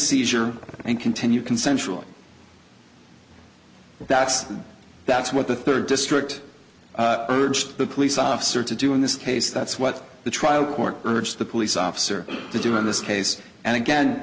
seizure and continue consensual that's that's what the third district urged the police officer to do in this case that's what the trial court urged the police officer to do in this case and again